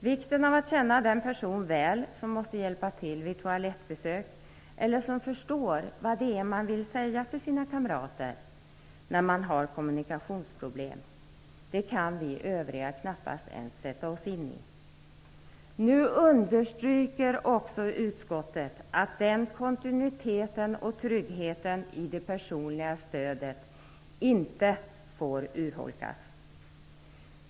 Vikten av att känna den person väl som måste hjälpa till vid toalettbesök eller som förstår vad det är man vill säga till sina kamrater när man har kommunikationsproblem kan vi övriga knappast ens sätta oss in i. Nu understryker också utskottet att den kontinuiteten och tryggheten i det personliga stödet inte får urholkas.